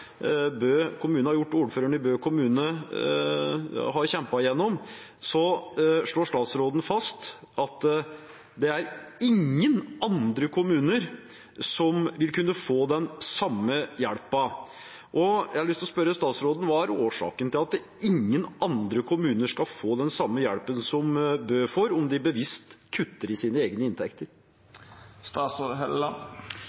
Bø kommune har gjort og ordføreren i Bø kommune har kjempet gjennom, slår statsråden fast at ingen andre kommuner vil kunne få den samme hjelpen. Jeg har lyst til å spørre statsråden: Hva er årsaken til at ingen andre kommuner skal få den samme hjelpen som Bø får, om de bevisst kutter i sine egne